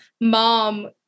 mom